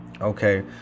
okay